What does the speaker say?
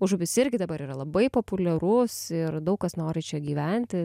užupis irgi dabar yra labai populiarus ir daug kas nori čia gyventi